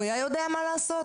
הוא היה יודע מה לעשות?